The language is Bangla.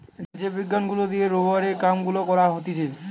যে বিজ্ঞান গুলা দিয়ে রোবারের কাম গুলা করা হতিছে